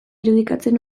irudikatzen